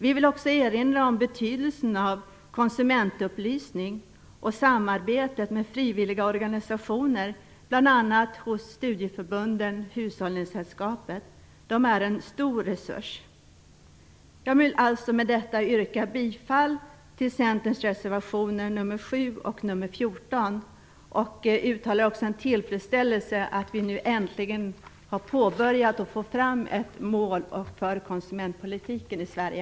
Vi vill också erinra om betydelsen av konsumentupplysning och samarbete med frivilliga organisationer, bl.a. studieförbunden och hushållningssällskapen. De är en stor resurs. Jag vill alltså med detta yrka bifall till Centerns reservationer nr 7 och nr 14. Jag uttalar också en tillfredsställelse över att vi nu äntligen har påbörjat arbetet med att få fram ett mål för konsumentpolitiken i Sverige.